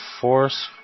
force